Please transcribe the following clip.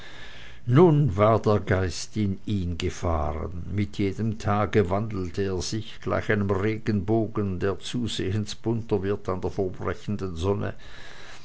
nun war der geist in ihn gefahren mit jedem tage wandelte er sich gleich einem regenbogen der zusehends bunter wird an der vorbrechenden sonne